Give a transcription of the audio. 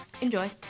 Enjoy